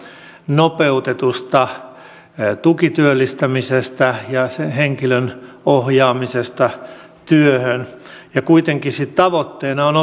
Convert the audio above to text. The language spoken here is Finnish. nopeutetusta tukityöllistämisestä ja henkilön ohjaamisesta työhön ja kuitenkin sitten tavoitteena on